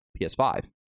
PS5